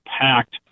packed